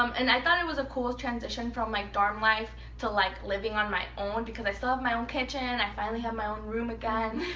um and i thought it was a cool transition from my dorm life to like living on my own. because i still have my own kitchen. i finally have my own room again.